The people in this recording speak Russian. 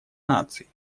наций